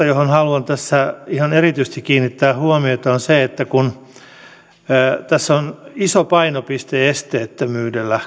kohta johon haluan tässä ihan erityisesti kiinnittää huomiota on se että kun koko tässä uudistuksessa on iso painopiste esteettömyydellä